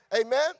Amen